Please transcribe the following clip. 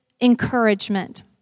encouragement